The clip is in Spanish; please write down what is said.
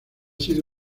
sido